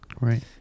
right